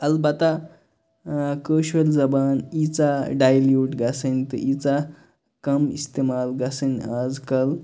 البتہ کٲشُر زبان ییٖژاہ ڈایِلیٛوٗٹ گژھٕنۍ تہِ ییٖژاہ کَم اِستعمال گَژھٕنۍ اَز کَل